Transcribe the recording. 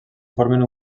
formen